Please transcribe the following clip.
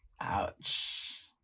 Ouch